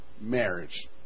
marriage